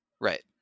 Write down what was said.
Right